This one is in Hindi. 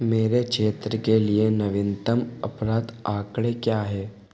मेरे क्षेत्र के लिए नवीनतम अपराध आँकड़े क्या हैं